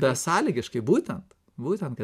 besąlygiškai būtent būtent kad